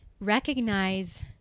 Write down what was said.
recognize